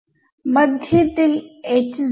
ആദ്യം shorthand നോറ്റേഷനിൽ എഴുതാം